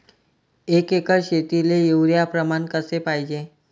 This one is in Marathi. एक एकर शेतीले युरिया प्रमान कसे पाहिजे?